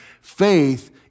Faith